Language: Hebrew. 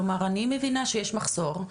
כלומר, אני מבינה שיש מחסור,